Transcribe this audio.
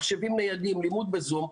מחשבים ניידים ולימוד בזום.